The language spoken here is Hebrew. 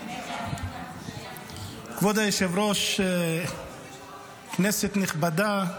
כבוד היושב-ראש, כנסת נכבדה,